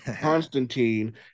Constantine